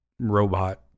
robot